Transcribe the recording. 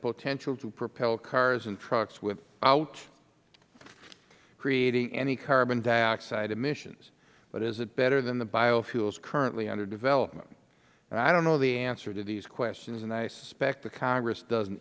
potential to propel cars and trucks without creating any carbon dioxide emissions but is it better than the biofuels currently under development i don't know the answers to these questions and i suspect the congress doesn't